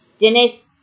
Dennis